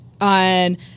on